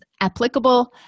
applicable